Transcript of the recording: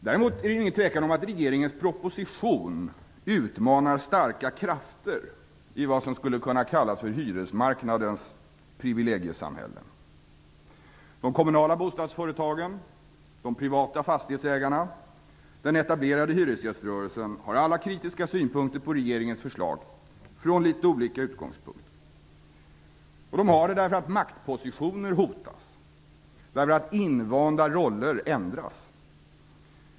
Däremot är det ingen tvekan om att regeringens proposition utmanar starka krafter i vad som skulle kunna kallas för hyresmarknadens privilegiesamhällen. De kommunala bostadsföretagen, de privata fastighetsägarna och den etablerade hyresgäströrelsen har alla från litet olika utgångspunkter kritiska synpunkter på regeringens förslag. Det har de därför att maktpositioner hotas, och därför att invanda roller ändras.